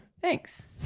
Thanks